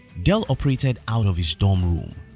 dell operated out of his dorm room,